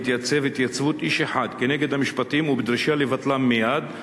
להתייצב כאיש אחד כנגד המשפטים ובדרישה לבטלם מייד.